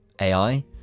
AI